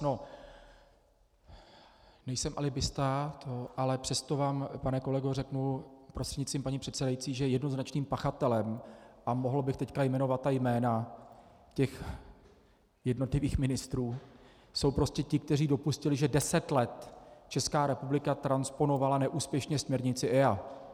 No nejsem alibista, ale přesto vám, pane kolego, řeknu prostřednictvím paní předsedající, že jednoznačným pachatelem a mohl bych teď jmenovat jména těch jednotlivých ministrů jsou prostě ti, kteří dopustili, že deset let Česká republika transponovala neúspěšně směrnici EIA.